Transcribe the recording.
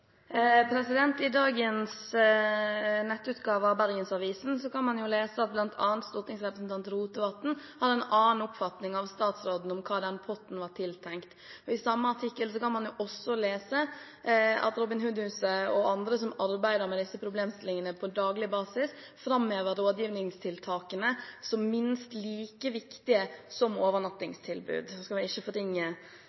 Bergensavisen kan man jo lese at bl.a. stortingsrepresentant Rotevatn har en annen oppfatning enn statsråden om hva den potten var tiltenkt. I samme artikkel kan man også lese at Robin Hood Huset og andre som arbeider med disse problemstillingene på daglig basis, framhever rådgivningstiltakene som minst like viktige som